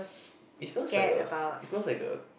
it smells like a it smells like a